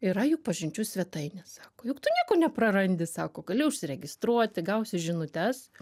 yra jų pažinčių svetainė sako juk tu nieko neprarandi sako gali užsiregistruoti gausi žinutes